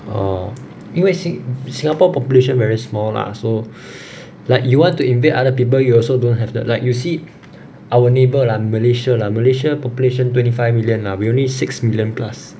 orh 因为 sing~ singapore population very small lah so like you want to invade other people you also don't have that like you see our neighbour lah malaysia lah malaysia population twenty five million lah we only six million plus